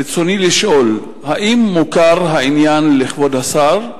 רצוני לשאול: 1. האם מוכר העניין לכבוד השר?